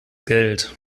geld